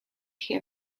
here